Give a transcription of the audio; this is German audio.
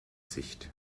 sicht